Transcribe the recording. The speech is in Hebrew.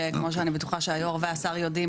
שכמו שאני בטוחה שהיו"ר והשר יודעים